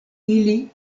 ili